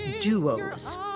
duos